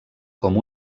com